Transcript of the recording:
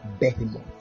Behemoth